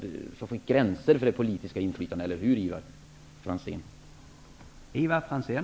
Det får finnas gränser för det politiska inflytandet, eller hur Ivar Franzén?